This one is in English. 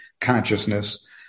consciousness